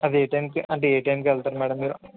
అది ఏ టైంకి అంటే ఏ టైంకి వెళ్తారు మేడం మీరు